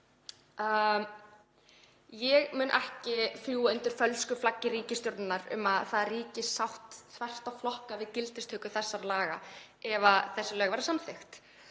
Ég mun ekki sigla undir fölsku flaggi ríkisstjórnarinnar um að það ríki sátt þvert á flokka við gildistöku þessara laga ef þetta frumvarp verður samþykkt